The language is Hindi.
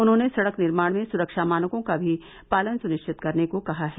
उन्होंने सड़क निर्माण में सुरक्षा मानकों का भी पालन सुनिश्चित करने को कहा है